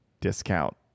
discount